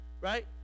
Right